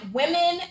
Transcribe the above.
women